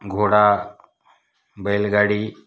घोडा बैलगाडी